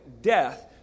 death